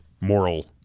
moral